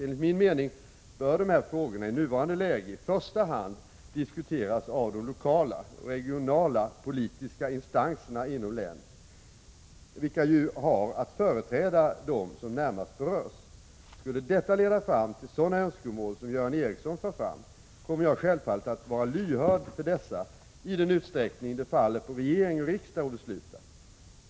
Enligt min mening bör dessa frågor i nuvarande läge i första hand diskuteras av de lokala och regionala politiska instanserna inom länet, vilka ju har att företräda dem som närmast berörs. Skulle detta leda fram till sådana önskemål som Göran Ericsson för fram, kommer jag självfallet att vara lyhörd för dessa i den utsträckning det faller på regering eller riksdagen att besluta.